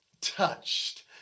touched